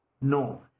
No